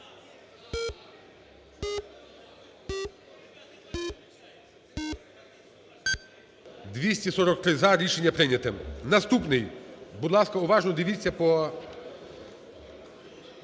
За-243 Рішення прийнято. Наступний, будь ласка, уважно дивіться по...